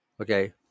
okay